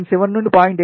7 నుండి 0